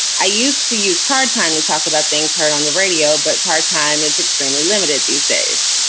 i used to use car time to talk about things heard on the radio, but car time is extremely limited these days.